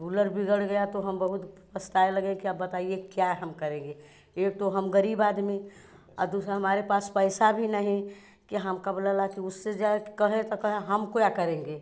cooler बिगड़ गया तो हम बहुत पछताए लगें कि अब बताइए क्या हम करेंगे एक तो हम ग़रीब आदमी दूसरा हमारे पैसा भी नहीं कि हम क्या बोला ला कि उससे जाए के कहें तो कहा हम क्या करेंगे